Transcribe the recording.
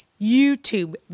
YouTube